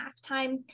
halftime